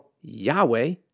Yahweh